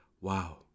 wow